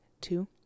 Two